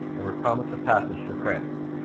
and were promised a passage to france.